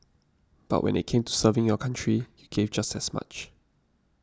but when it came to serving your country you gave just as much